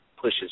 pushes